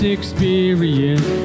experience